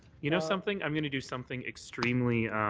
you know something, i'm going to do something extremely